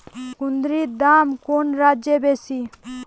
কুঁদরীর দাম কোন রাজ্যে বেশি?